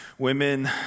Women